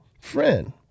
friend